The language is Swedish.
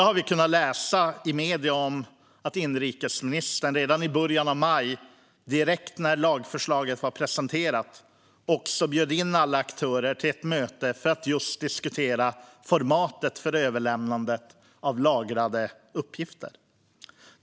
Vi har alla kunnat läsa i medierna att inrikesministern redan i början av maj, direkt när lagförslaget hade presenterats, bjöd in alla aktörer till ett möte för att diskutera formatet för överlämnande av lagrade uppgifter.